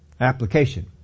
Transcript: Application